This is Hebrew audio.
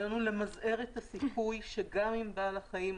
הרעיון הוא למזער את הסיכוי שגם אם בעל החיים,